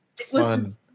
fun